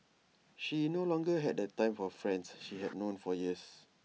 she no longer had the time for friends she had known for years